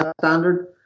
standard